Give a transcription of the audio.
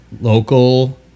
local